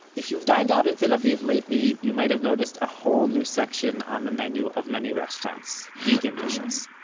if you've dined out in tel aviv lately, you might have noticed a whole new section on the menu of many restaurants vegan dishes.